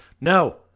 no